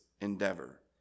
endeavor